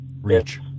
Rich